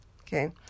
okay